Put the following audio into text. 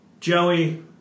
Joey